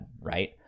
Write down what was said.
right